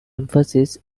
emphasis